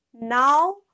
now